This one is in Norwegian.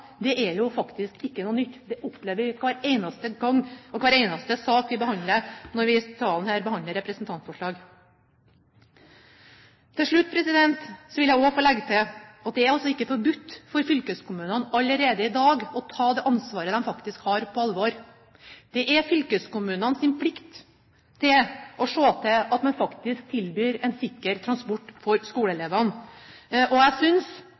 er jo faktisk ikke noe nytt – det opplever vi hver eneste gang og i hver eneste sak når vi i salen her behandler representantforslag. Til slutt vil jeg få legge til at det er ikke forbudt for fylkeskommunene allerede i dag å ta det ansvaret de faktisk har, på alvor. Det er fylkeskommunenes plikt å se til at man faktisk tilbyr en sikker transport for skoleelevene, og jeg synes